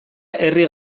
herri